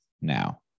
now